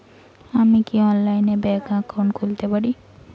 আমি কি অনলাইনে ব্যাংক একাউন্ট খুলতে পারি?